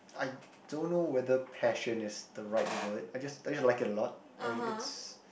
I don't know whether passion is the right word I just I just like a lot and it's